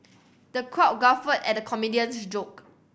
the crowd guffawed at the comedian's joke